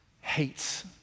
hates